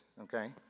Okay